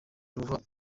ruhwa